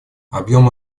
объем